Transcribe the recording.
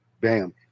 bam